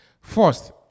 First